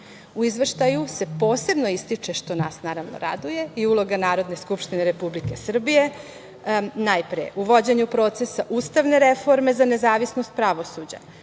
Izveštaju se posebno ističe, što nas, naravno, raduje i uloga Narodne skupštine Republike Srbije, najpre u vođenju procesa ustavne reforme za nezavisnost pravosuđa,